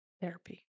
therapy